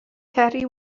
ceri